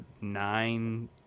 nine